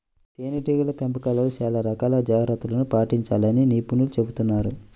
తేనెటీగల పెంపకంలో చాలా రకాల జాగ్రత్తలను పాటించాలని నిపుణులు చెబుతున్నారు